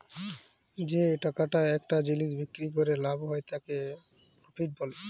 যে টাকাটা একটা জিলিস বিক্রি ক্যরে লাভ হ্যয় তাকে প্রফিট ব্যলে